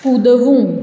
કૂદવું